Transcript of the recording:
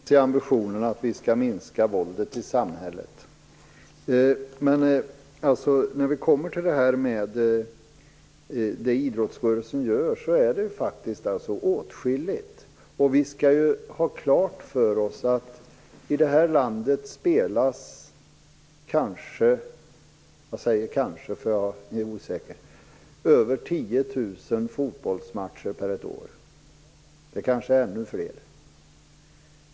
Fru talman! Vi är överens om ambitionen att vi skall minska våldet i samhället. Men idrottsrörelsen gör faktiskt åtskilligt. Vi skall ha klart för oss att i det här landet spelas det kanske, jag säger "kanske" för jag är osäker, över 10 000 fotbollsmatcher på ett år. Det kanske är ännu fler.